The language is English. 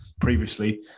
previously